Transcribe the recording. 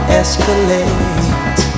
escalate